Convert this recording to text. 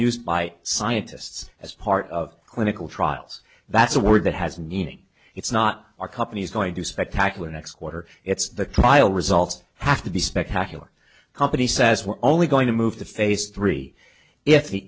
used by scientists as part of clinical trials that's a word that has meaning it's not our company's going to spectacular next quarter it's the trial results have to be spectacular company says we're only going to move the face three if